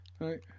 Right